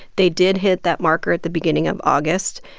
they did hit that marker at the beginning of august.